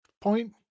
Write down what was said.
point